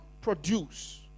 produce